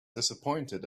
disappointed